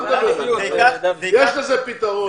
יש לזה פתרון.